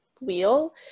wheel